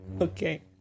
Okay